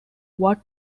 what